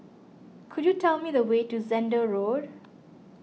could you tell me the way to Zehnder Road